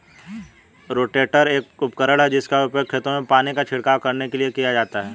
rotator एक उपकरण है जिसका उपयोग खेतों में पानी का छिड़काव करने के लिए किया जाता है